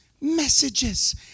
messages